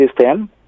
system